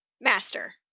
Master